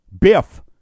Biff